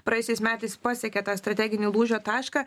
praėjusiais metais pasiekė tą strateginį lūžio tašką